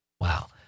Wow